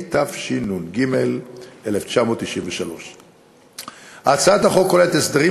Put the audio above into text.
התשנ"ג 1993. הצעת החוק כוללת הסדרים